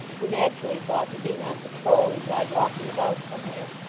who naturally thought that being on patrole, implied walking about somewhere.